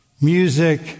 music